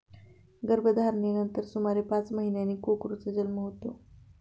गर्भधारणेनंतर सुमारे पाच महिन्यांनी कोकरूचा जन्म होतो